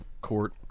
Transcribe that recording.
court